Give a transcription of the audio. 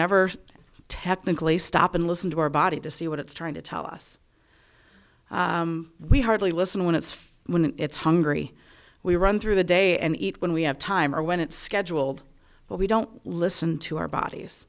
never technically stop and listen to our body to see what it's trying to tell us we hardly listen when it's when it's hungry we run through the day and eat when we have time or when it's scheduled but we don't listen to our bodies